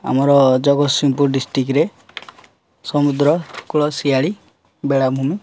ଆମର ଜଗତସିଂହପୁର ଡିଷ୍ଟିକ୍ରେ ସମୁଦ୍ରକୂଳ ଶିଆଳି ବେଳାଭୂମି